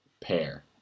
pair